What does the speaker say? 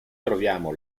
troviamo